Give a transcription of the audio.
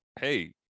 Hey